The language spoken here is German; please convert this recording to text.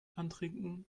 antrinken